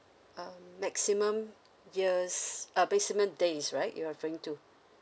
um maximum years ah basement days right you're referring to